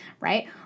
right